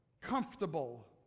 comfortable